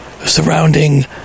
surrounding